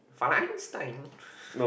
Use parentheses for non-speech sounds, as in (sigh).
fine Einstein (laughs)